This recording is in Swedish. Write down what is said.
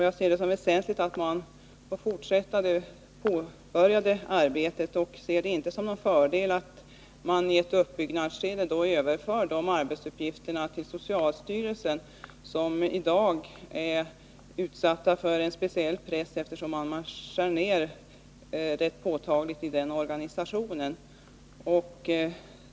Jag ser det som väsentligt att man får fortsätta det påbörjade arbetet och ser det inte som någon fördel att i ett uppbyggnadsskede överföra rådets arbetsuppgifter till socialstyrelsen, där man i dag är utsatt för en speciell press, eftersom man skär ner rätt påtagligt i organisationen.